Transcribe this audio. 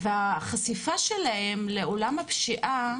החשיפה שלהם לעולם הפשיעה